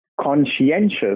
conscientious